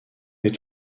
est